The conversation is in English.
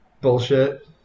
bullshit